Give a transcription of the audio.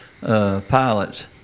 pilots